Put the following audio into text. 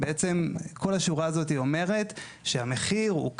בעצם כל השורה הזאת אומרת שהמחיר הוא ככה,